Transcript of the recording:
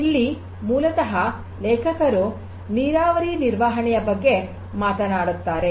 ಇಲ್ಲಿ ಮೂಲತಃ ಲೇಖಕರು ನೀರಾವರಿ ನಿರ್ವಹಣೆಯ ಬಗ್ಗೆ ಮಾತನಾಡುತ್ತಾರೆ